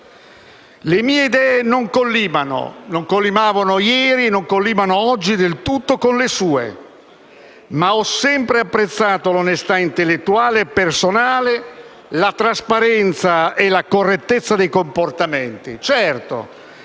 Le mie idee non collimavano ieri e non collimano oggi del tutto con le sue, ma ho sempre apprezzato l'onestà intellettuale e personale, la trasparenza e la correttezza dei comportamenti.